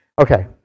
Okay